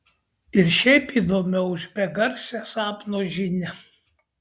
ir šiaip įdomiau už begarsę sapno žinią